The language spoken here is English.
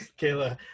Kayla